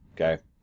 Okay